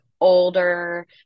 older